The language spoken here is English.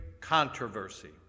controversy